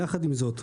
יחד עם זאת,